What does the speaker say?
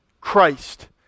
Christ